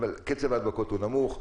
קצב ההדבקות נמוך,